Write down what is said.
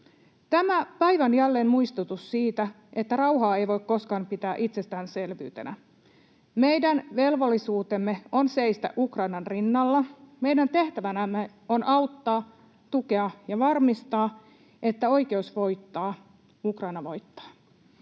Tämä päivä on jälleen muistutus siitä, että rauhaa ei voi koskaan pitää itsestäänselvyytenä. Meidän velvollisuutemme on seistä Ukrainan rinnalla, meidän tehtävänämme on auttaa, tukea ja varmistaa, että oikeus voittaa, Ukraina voittaa.